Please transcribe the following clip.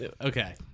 Okay